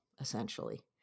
Essentially